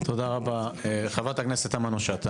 תודה רבה ח"כ תמנו שטה.